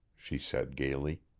she said gaily.